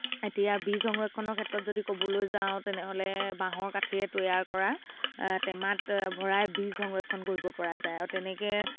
এতিয়া বীজ সংৰক্ষণৰ ক্ষেত্ৰত যদি ক'বলৈ যাওঁ তেনেহ'লে বাঁহৰ কাঠীৰে তৈয়াৰ কৰা টেমাত ভৰাই বীজ সংৰক্ষণ কৰিব পৰা যায় আও তেনেকে